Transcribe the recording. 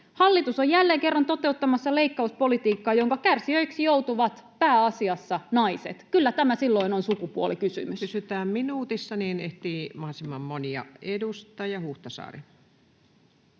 Hallitus on jälleen kerran toteuttamassa leikkauspolitiikkaa, jonka kärsijöiksi joutuvat pääasiassa naiset. Kyllä tämä silloin on sukupuolikysymys. Pysytään minuutissa. Niin ehtii mahdollisimman moni. — Edustaja Huhtasaari.